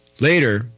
Later